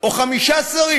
או חמישה שרים?